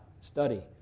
study